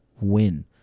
win